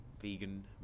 vegan